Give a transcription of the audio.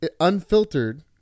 unfiltered